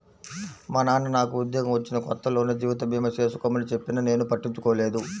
మా నాన్న నాకు ఉద్యోగం వచ్చిన కొత్తలోనే జీవిత భీమా చేసుకోమని చెప్పినా నేను పట్టించుకోలేదు